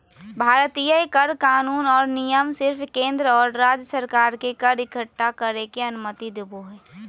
भारतीय कर कानून और नियम सिर्फ केंद्र और राज्य सरकार के कर इक्कठा करे के अनुमति देवो हय